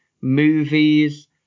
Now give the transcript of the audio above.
movies